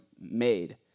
made